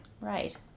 Right